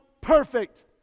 perfect